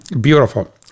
beautiful